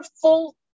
full